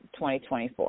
2024